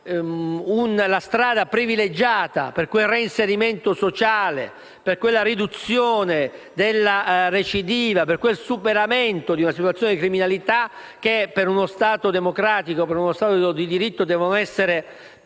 la strada privilegiata per il reinserimento sociale, per la riduzione della recidiva e per il superamento di una situazione di criminalità che, per uno Stato democratico e di diritto, devono essere